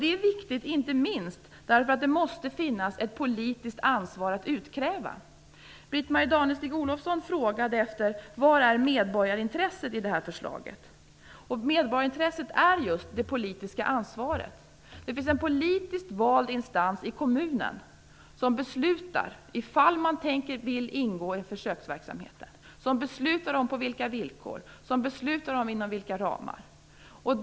Detta är viktigt inte minst därför att det måste finnas ett politiskt ansvar att utkräva. Britt-Marie Danestig-Olofsson frågade: Vad är medborgarintresset i det här förslaget? Medborgarintresset är just det politiska ansvaret. Det finns en politiskt vald instans i kommunen som beslutar ifall man vill ingå i försöksverksamheten, som beslutar om villkoren och som beslutar om ramarna.